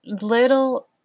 little